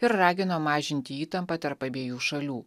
ir ragino mažinti įtampą tarp abiejų šalių